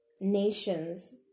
nations